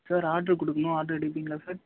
sir order கொடுக்கணும் order எடுப்பீங்களா sir